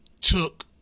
took